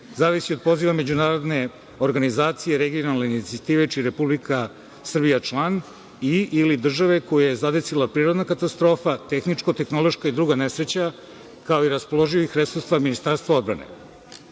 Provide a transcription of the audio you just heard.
zavisi od poziva međunarodne organizacije regionalne inicijative čiji je Republika Srbija član ili države koju je zadesila prirodna katastrofa, tehničko-tehnološka i druga nesreća, kao i raspoloživih resursa Ministarstva odbrane. Podsećam